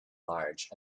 large